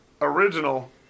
original